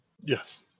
Yes